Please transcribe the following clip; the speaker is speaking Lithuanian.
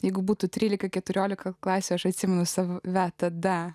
jeigu būtų trylika keturiolika klasių aš atsimenu save tada